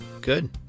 Good